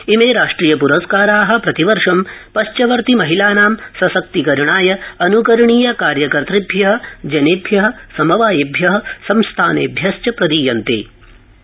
इमे राष्ट्रियप्रस्कारा प्रतिवर्ष पश्चवर्ति महिलानां सशक्तिकरणाय अन्करणीय कार्यकर्तृभ्य जनेभ्य समवायेभ्य संस्थानेभ्यश्च प्रदीयन्ते